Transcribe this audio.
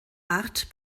art